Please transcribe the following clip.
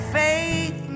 faith